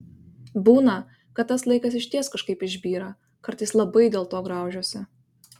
būna kad tas laikas išties kažkaip išbyra kartais labai dėlto graužiuosi